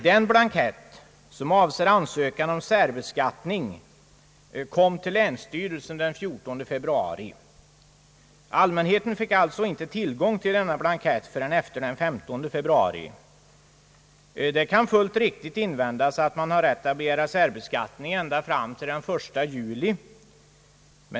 Den blankett som avser ansökan om särbeskattning kom till länsstyrelsen den 14 februari. Allmänheten fick alltså inte tillgång till denna blankett förrän efter den 15 februari. Det kan fullt riktigt invändas att man har rätt att begära särbeskattning ända fram till den 1 juli.